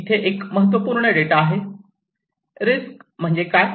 येथे एक महत्त्वपूर्ण डेटा आहे रिस्क म्हणजे काय